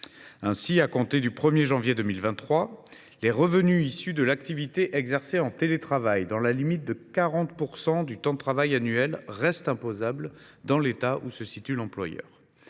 Ainsi, à compter du 1 janvier 2023, les revenus issus de l’activité exercée en télétravail, dans la limite de 40 % du temps de travail annuel, restent imposables dans l’État où se situe l’employeur.